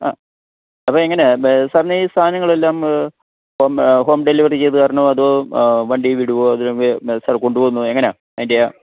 ആ അപ്പം എങ്ങനെയാണ് സാറിന് ഈ സാധനങ്ങളെല്ലാം ഹോം ഹോം ഡെലിവറി ചെ തരണോ അതോ വണ്ടി വിടുമോ അത് കൊണ്ട് സാർ കൊണ്ടു പോകുന്നോ എങ്ങനെയാണ് ഐൻറ്റയാ